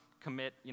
commit